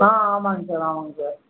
ஆ ஆமாங்க சார் ஆமாங்க சார்